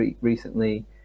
recently